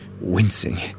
wincing